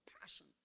passion